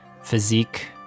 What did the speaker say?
physique